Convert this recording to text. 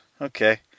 okay